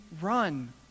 run